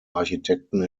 architekten